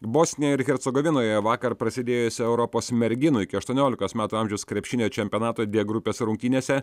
bosnijoj ir hercogovinoje vakar prasidėjusio europos merginų iki aštuoniolikos metų amžiaus krepšinio čempionato d grupės rungtynėse